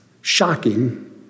Shocking